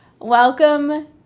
Welcome